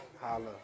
Holla